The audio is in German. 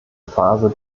phase